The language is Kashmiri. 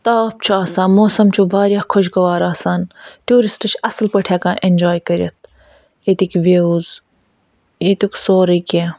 تاپھ چھُ آسان موسَم چھُ واریاہ خۄش گوار آسان ٹوٗرِسٹ چھِ اَصٕل پٲٹھۍ ہٮ۪کان اٮ۪نجاے کٔرِتھ ییٚتِکۍ وِوٕز ییٚتیُک سورٕے کیٚنہہ